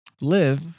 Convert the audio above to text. live